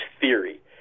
theory